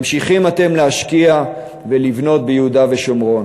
ממשיכים אתם להשקיע ולבנות ביהודה ושומרון.